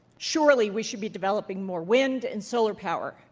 surely we should be developing more wind and solar power.